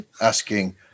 asking